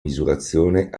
misurazione